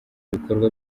bikorwa